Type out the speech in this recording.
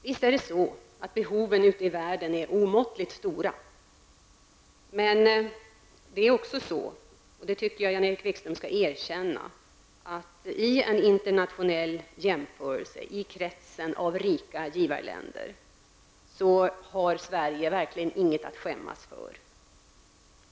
Visst är behoven ute i världen omåttligt stora, men det är också så -- och det tycker jag att Jan-Erik Wikström skall erkänna -- att i en internationell jämförelse i kretsen av rika givarländer har Sverige verkligen inget att skämmas för.